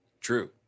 True